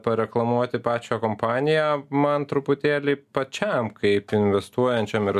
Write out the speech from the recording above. pareklamuoti pačią kompaniją man truputėlį pačiam kaip investuojančiam ir